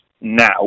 now